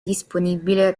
disponibile